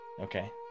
Okay